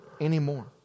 anymore